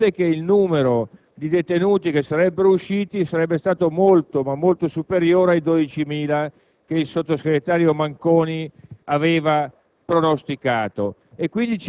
avevamo previsto esattamente che il numero di detenuti che sarebbero usciti sarebbe stato molto, ma molto superiore ai 12.000 che il sottosegretario Manconi aveva